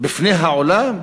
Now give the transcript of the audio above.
בפני העולם.